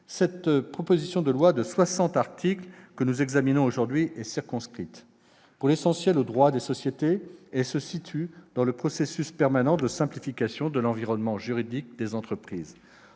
la proposition de loi de soixante articles que nous examinons aujourd'hui est circonscrite pour l'essentiel au droit des sociétés et se situe dans le processus permanent de simplification de l'environnement juridique des entreprises.